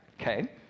Okay